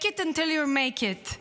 Fake it until you make it.